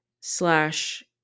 slash